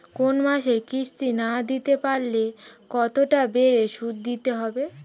কোন মাসে কিস্তি না দিতে পারলে কতটা বাড়ে সুদ দিতে হবে?